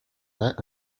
that